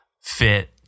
fit